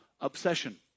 obsession